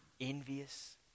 Envious